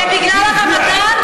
אני לא שמעתי שהוא קילל אותך,